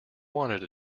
wanted